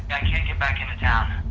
i can't get back and town.